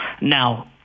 Now